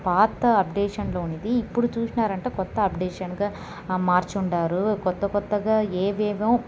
పాత అప్డేషన్లో ఉండింది ఇప్పుడు చూసినారంటే కొత్త అప్డేషన్గా మార్చుండారు కొత్త కొత్తగా ఏవేవో